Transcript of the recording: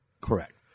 Correct